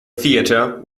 theater